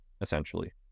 essentially